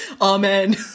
Amen